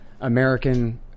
American